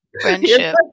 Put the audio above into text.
Friendship